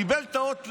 קיבל את האות,